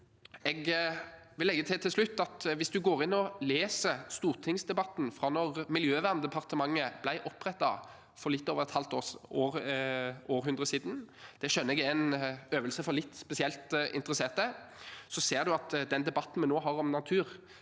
slutt legge til at hvis man går inn og leser stortingsdebatten fra da Miljøverndepartementet ble opprettet for litt over et halvt århundre siden – det skjønner jeg er en øvelse for litt spesielt interesserte – ser man at den debatten vi nå har om natur,